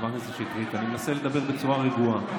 חברת הכנסת שטרית, אני מנסה לדבר בצורה רגועה.